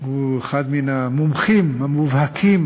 הוא אחד מן המומחים המובהקים